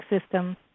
system